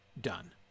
done